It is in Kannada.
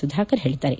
ಸುಧಾಕರ್ ಹೇಳಿದ್ದಾರೆ